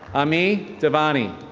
amy davani.